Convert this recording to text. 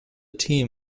team